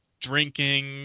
drinking